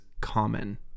common